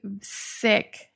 sick